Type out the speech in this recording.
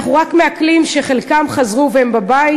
אנחנו רק מעכלים שחלקם חזרו והם בבית.